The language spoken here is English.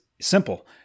simple